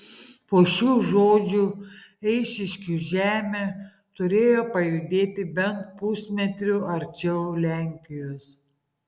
po šių žodžių eišiškių žemė turėjo pajudėti bent pusmetriu arčiau lenkijos